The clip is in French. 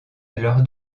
leur